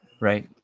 Right